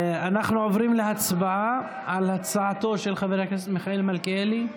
אנחנו עוברים להצבעה על הצעתו של חבר הכנסת מיכאל מלכיאלי,